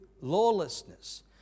lawlessness